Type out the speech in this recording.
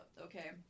Okay